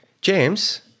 James